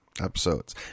episodes